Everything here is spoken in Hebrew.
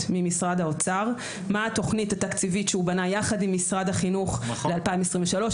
ממשרד האוצר מה התוכנית התקציבית שהוא בנה יחד עם משרד החינוך ב-2023,